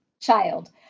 child